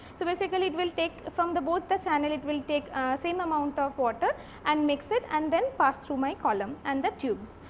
so, basically it will take from the both the channel, it will take same amount of water and mix it and then, pass through my column and the tubes.